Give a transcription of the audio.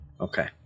Okay